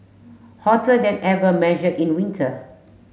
hotter than ever measured in winter